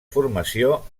formació